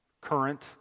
current